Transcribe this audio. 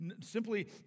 simply